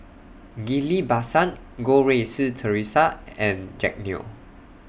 Ghillie BaSan Goh Rui Si Theresa and Jack Neo